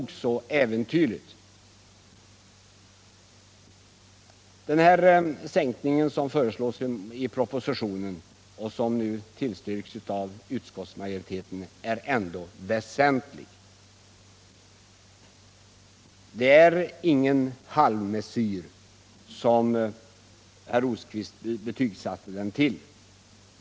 Den sänkning som föreslås i propositionen och som nu tillstyrks av utskottsmajoriteten är ändå väsentlig. Det är ingen halvmesyr — ett betyg som herr Rosqvist gav.